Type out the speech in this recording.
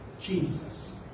Jesus